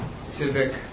civic